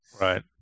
Right